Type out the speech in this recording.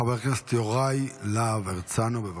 חבר הכנסת יוראי להב הרצנו, בבקשה.